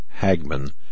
hagman